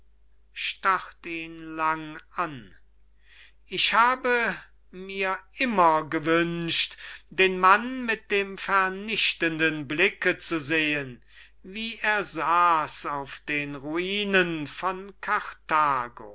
ich habe mir immer gewünscht den mann mit dem vernichtenden blicke zu sehen wie er saß auf den ruinen von karthago